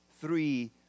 three